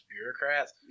bureaucrats